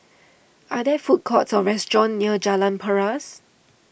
are there food courts or restaurants near Jalan Paras